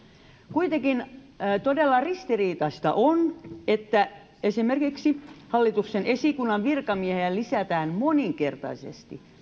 kuitenkin todella ristiriitaista on että esimerkiksi hallituksen esikunnan virkamiehiä lisätään moninkertaisesti